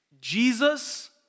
Jesus